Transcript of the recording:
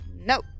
No